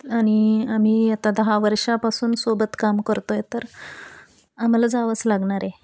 आणि आम्ही आता दहा वर्षापासून सोबत काम करतो आहे तर आम्हाला जावंच लागणार आहे